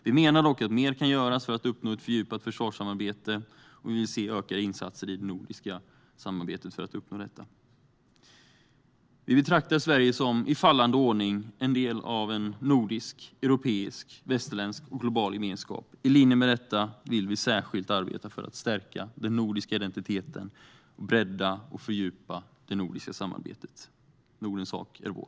Vi menar dock att mer kan göras för att uppnå ett fördjupat försvarssamarbete, och vi vill se ökade insatser i det nordiska samarbetet för att uppnå detta. Herr talman! Sverigedemokraterna betraktar Sverige som, i fallande ordning, en del av en nordisk, europeisk, västerländsk och global gemenskap. I linje med detta vill vi särskilt arbeta för att stärka den nordiska identiteten och bredda och fördjupa det nordiska samarbetet. Nordens sak är vår.